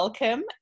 Welcome